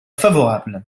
favorable